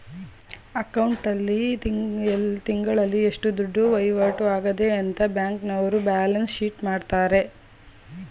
account ಆಲ್ಲಿ ತಿಂಗಳಲ್ಲಿ ಎಷ್ಟು ದುಡ್ಡು ವೈವಾಟು ಆಗದೆ ಅಂತ ಬ್ಯಾಂಕ್ನವರ್ರು ಬ್ಯಾಲನ್ಸ್ ಶೀಟ್ ಕೊಡ್ತಾರೆ